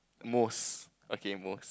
most okay most